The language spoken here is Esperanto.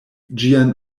ĝian